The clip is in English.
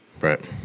Right